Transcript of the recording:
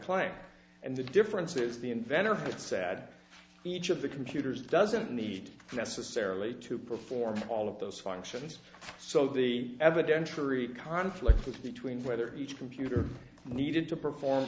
client and the difference is the inventor of that said each of the computers doesn't meet necessarily to perform all of those functions so the evident conflict between whether each computer needed to perform